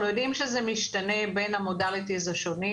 אנחנו יודעים שזה משתנה בין ה-Modalities השונים.